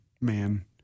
man